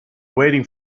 waiting